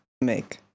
make